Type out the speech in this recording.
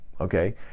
okay